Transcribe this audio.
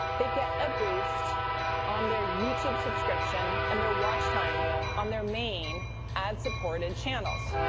they get a boost on their youtube subscription and their watch time on their main ad-supported channels